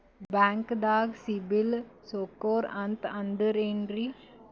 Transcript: ಬ್ಯಾಂಕ್ದಾಗ CIBIL score ಅಂತ ಅಂದ್ರೆ ಏನ್ರೀ?